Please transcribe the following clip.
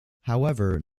however